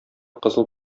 кызыл